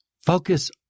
focus